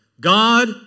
God